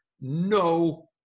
no